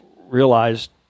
realized